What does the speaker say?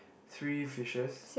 three fishes